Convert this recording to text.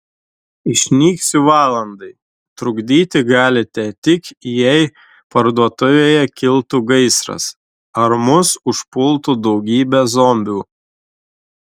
išnyksiu valandai trukdyti galite tik jei parduotuvėje kiltų gaisras ar mus užpultų daugybė zombių